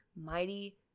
mighty